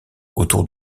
autour